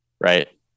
right